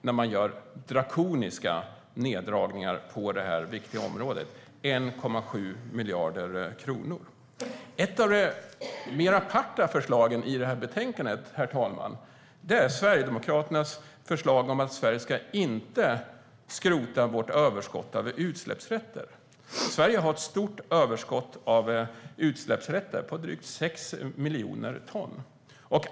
De gör drakoniska neddragningar på det här viktiga området - med 1,7 miljarder kronor. Ett av de mer aparta förslagen i det här betänkandet, herr talman, är Sverigedemokraternas förslag om att Sverige inte ska skrota överskottet av utsläppsrätter. Sverige har ett stort sådant överskott på drygt 6 miljoner ton.